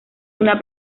una